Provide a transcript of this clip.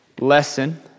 lesson